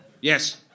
Yes